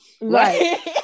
Right